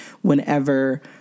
whenever